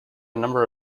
number